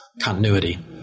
continuity